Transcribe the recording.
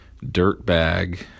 dirtbag